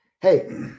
Hey